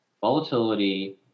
volatility